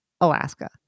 alaska